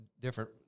different